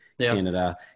Canada